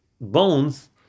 bones